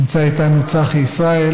נמצא איתנו צחי ישראל,